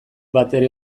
batere